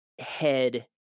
head